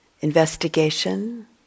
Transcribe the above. investigation